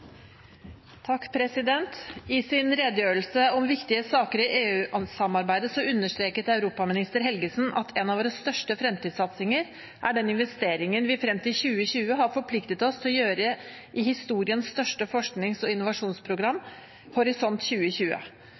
I sin redegjørelse om viktige saker i EU-samarbeidet understreket europaminister Helgesen at en av våre største fremtidssatsinger er den investeringen vi frem til 2020 har forpliktet oss til å gjøre i historiens største forsknings- og innovasjonsprogram, Horisont 2020.